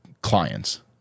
clients